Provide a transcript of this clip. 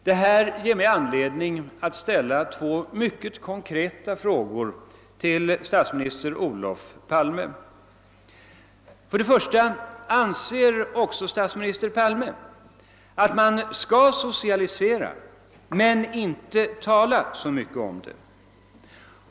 Detta ger mig anledning att ställa två mycket konkreta frågor till statsminister Olof Palme: 1) Anser också statsminister Palme att man skall socialisera men inte tala så mycket om det?